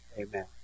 Amen